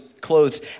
clothed